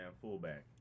fullback